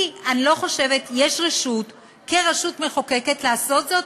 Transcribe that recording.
אני לא חושבת שיש לי רשות כרשות מחוקקת לעשות זאת,